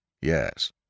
Yes